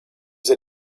that